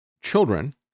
children